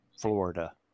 Florida